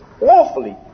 awfully